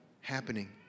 happening